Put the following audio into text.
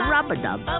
Rub-a-Dub